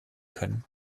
können